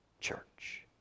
church